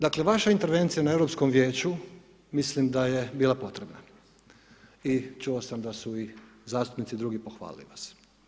Dakle vaša intervencija na Europskom vijeću mislim da je bila potrebna, i čuo sam da su i zastupnici drugi pohvalili vas.